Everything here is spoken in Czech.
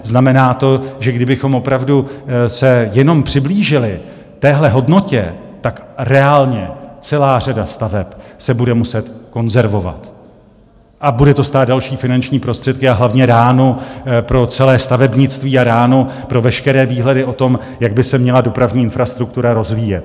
Znamená to, že kdybychom opravdu se jenom přiblížili téhle hodnotě, reálně celá řada staveb se bude muset konzervovat a bude to stát další finanční prostředky a hlavně ránu pro celé stavebnictví a ránu pro veškeré výhledy o tom, jak by se měla dopravní infrastruktura rozvíjet.